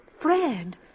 Fred